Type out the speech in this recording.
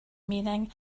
meaning